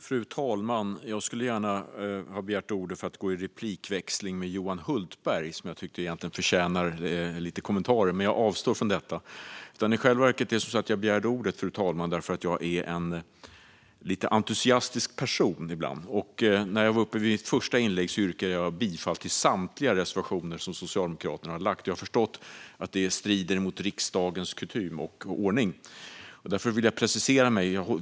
Fru talman! Jag skulle gärna ha begärt ordet för att gå i replikväxling med Johan Hultberg, som jag egentligen tycker förtjänar några kommentarer, men jag avstår från detta. I själva verket begärde jag ordet, fru talman, därför att jag ibland är en lite entusiastisk person. När jag var uppe och gjorde mitt första inlägg yrkade jag bifall till samtliga reservationer som Socialdemokraterna har lämnat. Jag har förstått att det strider mot riksdagens kutym och ordning, och därför vill jag precisera mig.